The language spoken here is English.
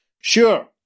Sure